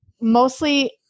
mostly